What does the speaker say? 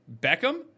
Beckham